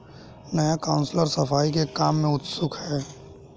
नया काउंसलर सफाई के काम में उत्सुक है